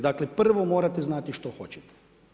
Dakle, prvo morate znati što hoćete.